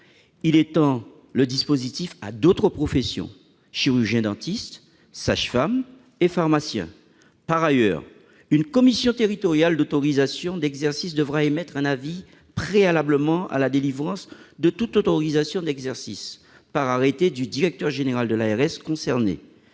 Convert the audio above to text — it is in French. d'étendre le dispositif à d'autres professions : chirurgien-dentiste, sage-femme et pharmacien. Par ailleurs, une commission territoriale d'autorisation d'exercice devra émettre un avis préalablement à la délivrance de toute autorisation d'exercice par arrêté du directeur général de l'ARS concernée.